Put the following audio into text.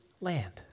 land